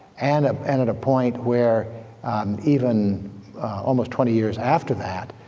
and ah and at a point where even almost twenty years after that,